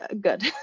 good